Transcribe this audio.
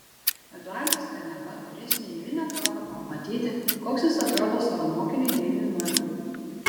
eduardas kaniava turės neeilinę progą pamatyti koks jis atrodo savo mokiniui deiviui norvilui